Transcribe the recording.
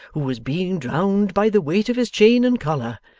who was being drowned by the weight of his chain and collar,